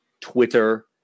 Twitter